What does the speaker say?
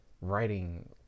Writing